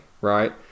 right